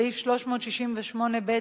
סעיף 368ב(ב)